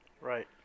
Right